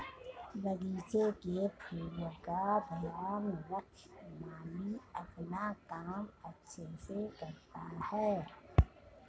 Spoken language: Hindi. बगीचे के फूलों का ध्यान रख माली अपना काम अच्छे से करता है